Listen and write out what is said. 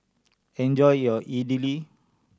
enjoy your Idili